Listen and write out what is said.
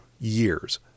years